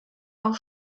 auch